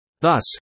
Thus